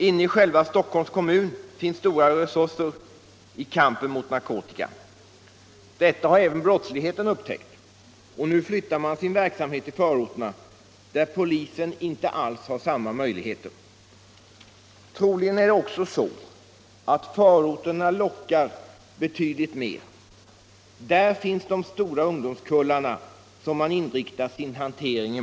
Inne i själva Stockholms kommun finns stora resurser i kampen mot narkotika. Detta har även brottsligheten upptäckt, och nu flyttar den sin verksamhet till förorterna, där polisen inte alls har samma möjligheter. Troligen är det också så att förorterna lockar betydligt mer. Där finns de stora ungdomskullarna som man inriktar sin hantering på.